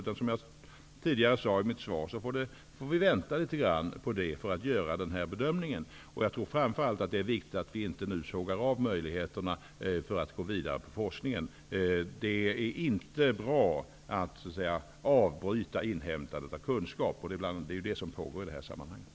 Som jag sade tidigare i mitt svar får vi vänta litet grand innan vi kan göra denna bedömning. Jag tror framför allt att det är viktigt att vi nu inte sågar av möjligheterna att gå vidare med forskningen. Det är inte bra att avbryta inhämtandet av kunskap, och det är vad som pågår i det här sammanhanget.